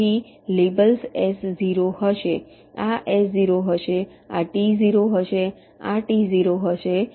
તેથી labels S0 હશે આ S0 હશે આ T0 હશે આ T0 હશે